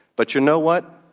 but you know what.